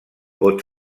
pot